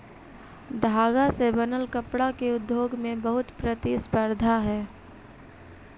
धागा से बनल कपडा के उद्योग में बहुत प्रतिस्पर्धा हई